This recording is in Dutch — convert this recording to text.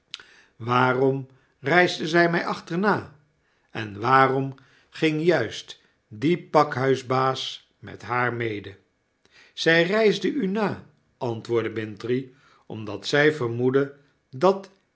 waarom reisde zij mij achterna en waarom ging juist die pakhuisbaas met haar mede s zjj reisde u na antwoordde bintrey omdat zfi vermoedde dat